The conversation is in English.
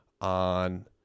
on